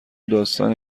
داستانی